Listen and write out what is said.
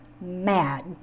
mad